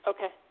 Okay